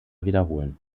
wiederholen